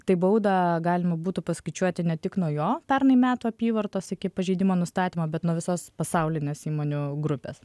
tai baudą galima būtų paskaičiuoti ne tik nuo jo pernai metų apyvartos iki pažeidimo nustatymo bet nuo visos pasaulinės įmonių grupės